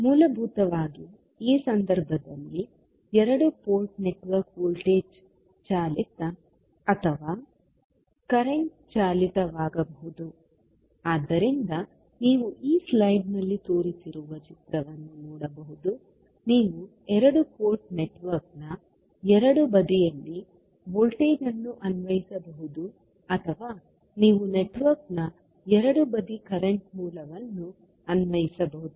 ಮೂಲಭೂತವಾಗಿ ಈ ಸಂದರ್ಭದಲ್ಲಿ ಎರಡು ಪೋರ್ಟ್ ನೆಟ್ವರ್ಕ್ ವೋಲ್ಟೇಜ್ ಚಾಲಿತ ಅಥವಾ ಕರೆಂಟ್ ಚಾಲಿತವಾಗಬಹುದು ಆದ್ದರಿಂದ ನೀವು ಈ ಸ್ಲೈಡ್ನಲ್ಲಿ ತೋರಿಸಿರುವ ಚಿತ್ರವನ್ನು ನೋಡಬಹುದು ನೀವು ಎರಡು ಪೋರ್ಟ್ ನೆಟ್ವರ್ಕ್ನ ಎರಡೂ ಬದಿಯಲ್ಲಿ ವೋಲ್ಟೇಜ್ ಅನ್ನು ಅನ್ವಯಿಸಬಹುದು ಅಥವಾ ನೀವು ನೆಟ್ವರ್ಕ್ನ ಎರಡೂ ಬದಿ ಕರೆಂಟ್ ಮೂಲವನ್ನು ಅನ್ವಯಿಸಬಹುದು